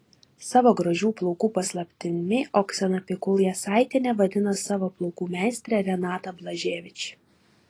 savo gražių plaukų paslaptimi oksana pikul jasaitienė vadina savo plaukų meistrę renatą blaževič